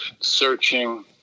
searching